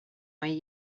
way